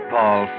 Paul